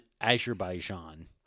Azerbaijan